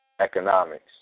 economics